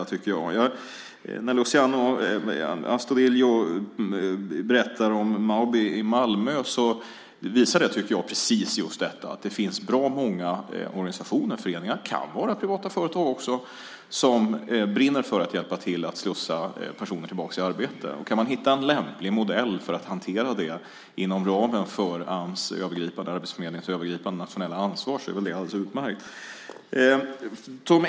Jag tycker att det som Luciano Astudillo berättar om Mabi i Malmö visar precis detta att det finns bra många organisationer och föreningar - det kan vara privata företag också - som brinner för att hjälpa till att slussa personer tillbaka i arbete. Kan man hitta en lämplig modell för att hantera det inom ramen för Ams övergripande nationella ansvar är väl det alldeles utmärkt!